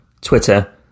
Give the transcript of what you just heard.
Twitter